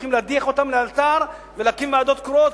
צריך להדיח אותם לאלתר ולהקים ועדות קרואות,